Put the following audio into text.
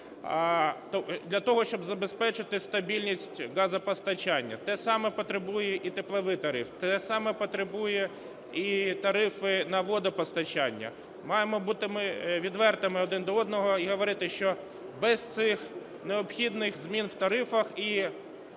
для того, щоб забезпечити стабільність газопостачання. Те саме потребує і тепловий тариф. Те саме і потребує і тарифи на водопостачання. Маємо бути ми відвертими один до одного і говорити, що без цих необхідних змін в тарифах і чіткого